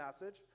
message